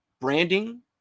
branding